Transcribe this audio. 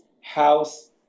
house